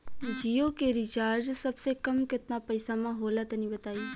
जियो के रिचार्ज सबसे कम केतना पईसा म होला तनि बताई?